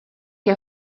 què